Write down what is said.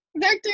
doctor